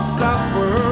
suffer